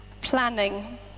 Planning